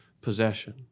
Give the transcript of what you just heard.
possession